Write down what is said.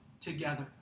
together